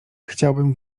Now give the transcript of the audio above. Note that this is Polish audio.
chciałbym